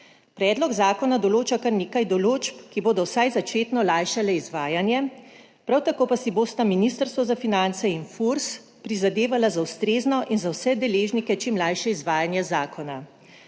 Predlog zakona določa kar nekaj določb, ki bodo vsaj začetno olajšale izvajanje, prav tako pa si bosta Ministrstvo za finance in FURS prizadevala za ustrezno in za vse deležnike čim lažje izvajanje zakona.